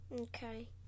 okay